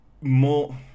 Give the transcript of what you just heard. more